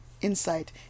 insight